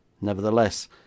Nevertheless